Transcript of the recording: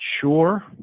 sure